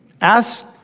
Ask